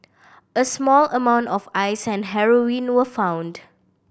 a small amount of Ice and heroin were found